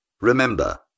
Remember